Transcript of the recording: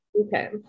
Okay